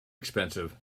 expensive